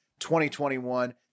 2021